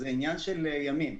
וזה עניין של ימים.